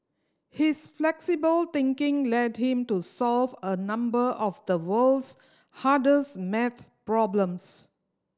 his flexible thinking led him to solve a number of the world's hardest maths problems